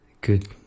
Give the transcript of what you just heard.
Good